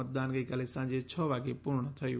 મતદાન ગઈકાલે સાંજે છ વાગ્યે પૂર્ણ થયું